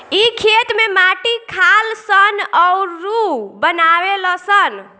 इ खेत में माटी खालऽ सन अउरऊ बनावे लऽ सन